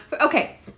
Okay